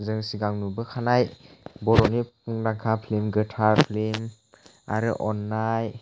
जों सिगां नुबोखानाय बर'नि मुंदांखा फिल्म गोथार फिल्म आरो अननाय